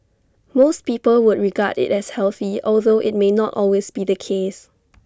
most people would regard IT as healthy although IT may not always be the case